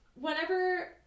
whenever